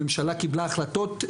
הממשלה קיבלה החלטות,